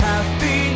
Happy